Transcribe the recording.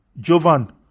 Jovan